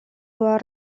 была